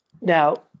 Now